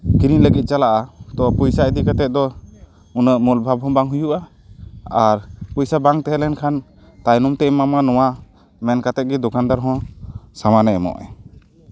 ᱠᱤᱨᱤᱧ ᱞᱟᱹᱜᱤᱫ ᱪᱟᱞᱟᱜᱼᱟ ᱛᱚ ᱯᱚᱭᱥᱟ ᱤᱫᱤ ᱠᱟᱛᱮᱫ ᱫᱚ ᱩᱱᱟᱹᱜ ᱢᱩᱞ ᱵᱷᱟᱵᱽ ᱦᱚᱸ ᱵᱟᱝ ᱦᱩᱭᱩᱜᱼᱟ ᱟᱨ ᱯᱚᱭᱥᱟ ᱵᱟᱝ ᱛᱟᱦᱮᱸ ᱞᱮᱱᱠᱷᱟᱱ ᱛᱟᱭᱱᱚᱢ ᱛᱮ ᱮᱢᱟᱢᱟ ᱱᱚᱣᱟ ᱢᱮᱱ ᱠᱟᱛᱮᱜ ᱜᱮ ᱫᱚᱠᱟᱱᱫᱟᱨ ᱦᱚᱸ ᱥᱟᱢᱟᱱᱮ ᱮᱢᱚᱜ ᱟᱭ